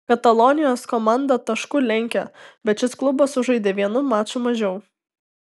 katalonijos komanda tašku lenkia bet šis klubas sužaidė vienu maču mažiau